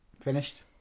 Finished